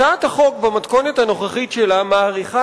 הצעת החוק במתכונת הנוכחית שלה מאריכה